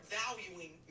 valuing